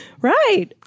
Right